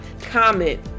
comment